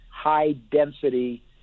high-density